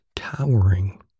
Towering